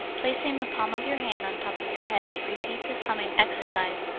placing the palm of your hand on top of your head, repeat this humming exercise.